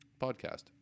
podcast